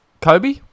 Kobe